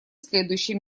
следующем